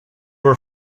were